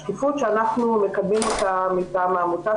השקיפות שאנחנו מקדמים אותה מטעם העמותה